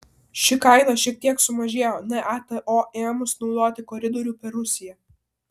ši kaina šiek tiek sumažėjo nato ėmus naudoti koridorių per rusiją